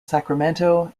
sacramento